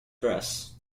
dress